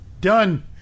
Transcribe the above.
done